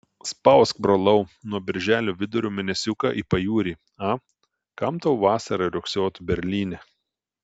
spausk brolau nuo birželio vidurio mėnesiuką į pajūrį a kam tau vasarą riogsoti berlyne